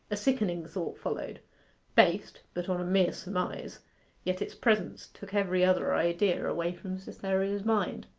a sickening thought followed based but on a mere surmise yet its presence took every other idea away from cytherea's mind.